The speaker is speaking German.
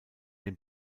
dem